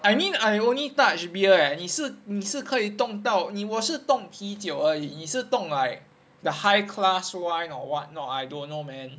I mean I only touch beer leh 你是你是可以动到我动啤酒而已你是动 like the high class wine or what no I don't know man